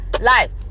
life